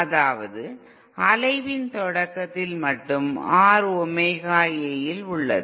அதாவது அலைவின் தொடக்கத்தில் மட்டு R ஒமேகா A யில் உள்ளது